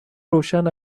روشن